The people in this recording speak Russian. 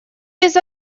без